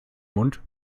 mund